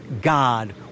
God